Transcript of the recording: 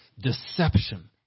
deception